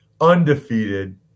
undefeated